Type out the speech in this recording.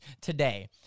today